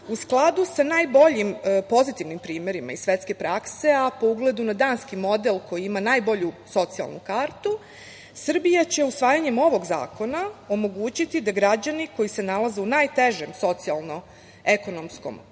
skladu sa najboljim pozitivnim primerima iz svetske prakse, a po ugledu na danski model koji ima najbolju socijalnu kartu, Srbija će usvajanjem ovog zakona omogućiti da građani koji se nalaze u najtežem socijalno-ekonomskom položaju